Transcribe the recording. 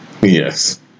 Yes